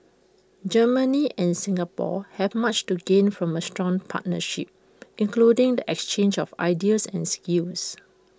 Germany and Singapore have much to gain from A strong partnership including the exchange of ideas and skills